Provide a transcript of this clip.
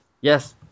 Yes